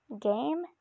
Game